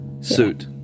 suit